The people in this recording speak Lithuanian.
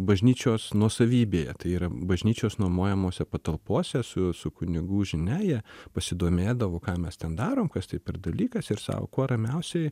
bažnyčios nuosavybėje tai yra bažnyčios nuomojamose patalpose su su kunigų žinia jie pasidomėdavo ką mes ten darom kas tai per dalykas ir sau kuo ramiausiai